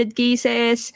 cases